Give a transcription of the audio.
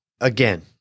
again